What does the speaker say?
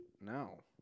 No